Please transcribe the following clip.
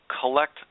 collect